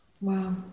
Wow